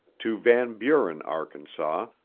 to van buren, arkansas,